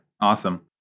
Awesome